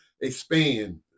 expand